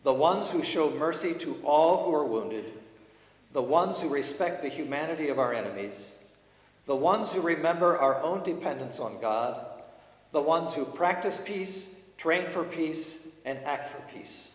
the ones who show mercy to all who are wounded the ones who respect the humanity of our enemies the ones who remember our own dependence on god the ones who practice peace trade for peace and bac